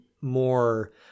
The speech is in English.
more